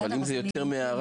אבל אם זה יותר מהערה